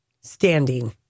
standing